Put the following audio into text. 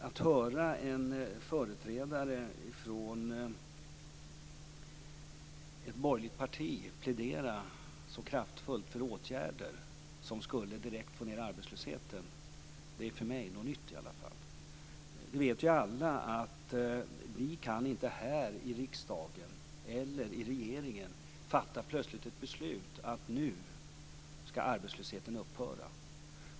Att höra en företrädare för ett borgerligt parti så kraftfullt plädera för åtgärder som direkt skulle få ned arbetslösheten är i varje fall för mig någonting nytt. Alla vet att vi inte, vare sig här i riksdagen eller i regeringen, helt plötsligt kan fatta beslut om att nu skall arbetslösheten upphöra.